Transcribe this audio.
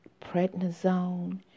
prednisone